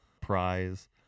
prize